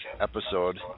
episode